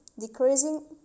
decreasing